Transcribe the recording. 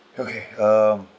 okay um